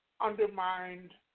undermined